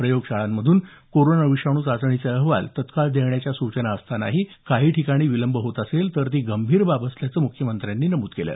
प्रयोगशाळांमधून corona विषाणू चाचणीचे अहवाल तात्काळ देण्याच्या सूचना असतांनाही काही ठिकाणी विलंब होत असेल तर ती गंभीर बाब असल्याचं मुख्यमंत्री म्हणाले